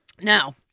Now